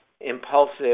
impulsive